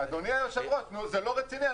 אדוני היושב-ראש, זה לא רציני.